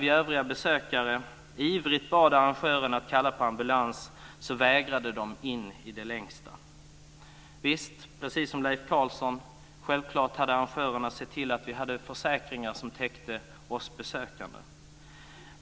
Vi övriga besökare bad ivrigt arrangörerna att kalla på ambulans men in i det längsta vägrade de. Visst, Leif Carlson, självklart hade arrangörerna sett till att det fanns försäkringar som täckte oss besökare.